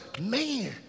man